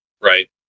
Right